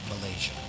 Malaysia